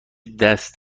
دست